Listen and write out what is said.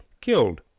killed